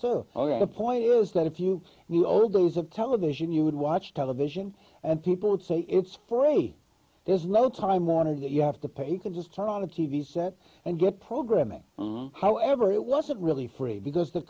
the point is that if you knew old days of television you would watch television and people would say it's free there's no time warner that you have to pay you could just turn on the t v set and get programming however it wasn't really free because the